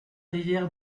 rivière